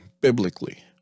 biblically